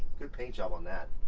good paint job on that.